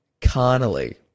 carnally